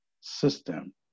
system